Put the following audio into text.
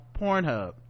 Pornhub